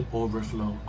overflow